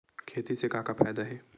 खेती से का का फ़ायदा हे?